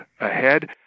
ahead